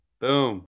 Boom